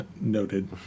noted